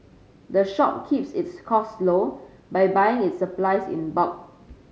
the shop keeps its costs low by buying its supplies in bulk